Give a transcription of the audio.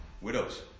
Widows